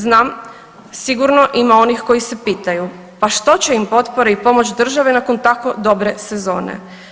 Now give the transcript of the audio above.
Znam, sigurno ima onih koji se pitaju, pa što će im potpore i pomoć države nakon tako dobre sezone.